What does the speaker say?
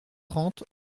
trente